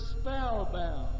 spellbound